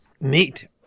Neat